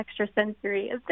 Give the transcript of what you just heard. extrasensory